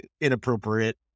inappropriate